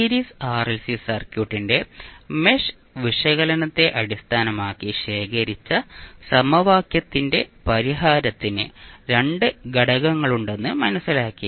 series RLC സർക്യൂട്ടിന്റെ mesh വിശകലനത്തെ അടിസ്ഥാനമാക്കി ശേഖരിച്ച സമവാക്യത്തിന്റെ പരിഹാരത്തിന് 2 ഘടകങ്ങളുണ്ടെന്ന് മനസ്സിലാക്കി